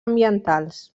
ambientals